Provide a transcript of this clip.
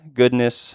goodness